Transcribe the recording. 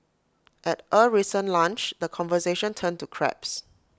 at A recent lunch the conversation turned to crabs